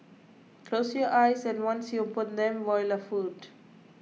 close your eyes and once you open them voila food